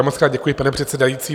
Mockrát děkuji, pane předsedající.